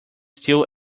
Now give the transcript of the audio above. still